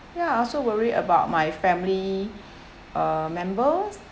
ya I also worry about my family uh members